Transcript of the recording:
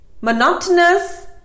monotonous